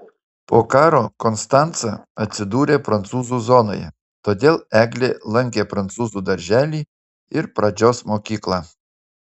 po karo konstanca atsidūrė prancūzų zonoje todėl eglė lankė prancūzų darželį ir pradžios mokyklą